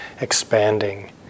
expanding